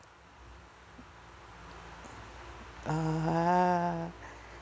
ah